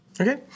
Okay